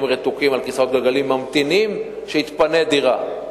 רתוקים לכיסאות גלגלים ממתינים שתתפנה דירה.